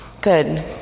Good